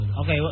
Okay